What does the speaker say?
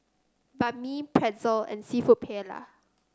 Banh Mi Pretzel and seafood Paella